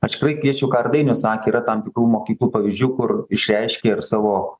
aš tikrai kviesčiau ką ir dainius sakė yra tam tikrų mokyklų pavyzdžių kur išreiškė ir savo